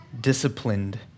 disciplined